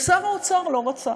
ושר האוצר לא רצה,